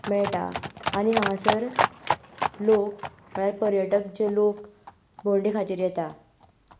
मेळटा आनी हांगासर लोक म्हणल्यार पर्यटक जे लोक भोंवंडे खातीर येता